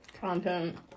content